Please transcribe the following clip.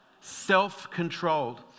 Self-controlled